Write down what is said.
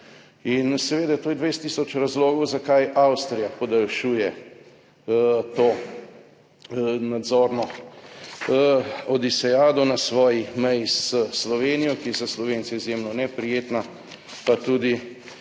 In seveda, to je 20 tisoč razlogov zakaj Avstrija podaljšuje to nadzorno odisejado na svoji meji s Slovenijo, ki je za Slovence izjemno neprijetna, pa tudi